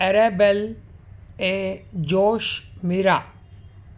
एरेबैल ऐ जौश मीरा